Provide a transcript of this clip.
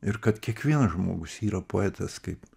ir kad kiekvienas žmogus yra poetas kaip